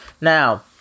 Now